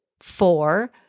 four